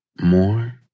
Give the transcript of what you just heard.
More